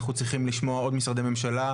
אנחנו צריכים לשמוע עוד משרדי ממשלה,